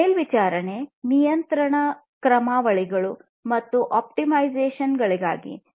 ಮೇಲ್ವಿಚಾರಣೆ ನಿಯಂತ್ರಣ ಕ್ರಮಾವಳಿಗಳು ಮತ್ತು ಆಪ್ಟಿಮೈಸೇಶನ್ಗಾಗಿ ಅಲ್ಗೊರಿದಮ್ ಗಳು ಇವೆ